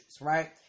right